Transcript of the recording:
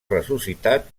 ressuscitat